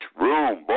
room